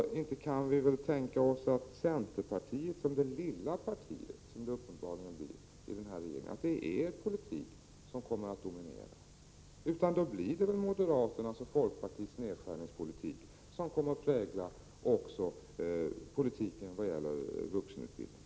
Vi kan väl inte tänka oss att centerpartiet, som uppenbarligen blir det minsta partiet i en sådan regering, skall få dominans för sin politik, utan det blir väl moderaternas och folkpartiets nedskärningspolitik som kommer att prägla också inställningen vad gäller vuxenutbildningen.